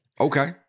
Okay